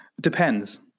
Depends